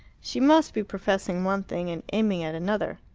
she must be professing one thing and aiming at another.